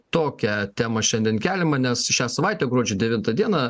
tokią temą šiandien keliam nes šią savaitę gruodžio devintą dieną